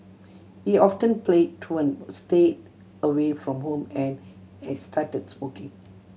he often play truant stayed away from home and has started smoking